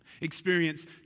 Experience